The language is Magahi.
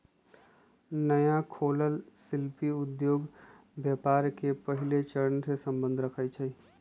नया खोलल शिल्पि उद्योग व्यापार के पहिल चरणसे सम्बंध रखइ छै